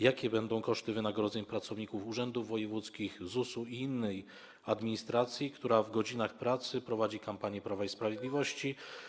Jakie będą koszty wynagrodzeń pracowników urzędów wojewódzkich, ZUS-u i innej administracji, która w godzinach pracy prowadzi kampanię Prawa i Sprawiedliwości?